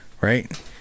Right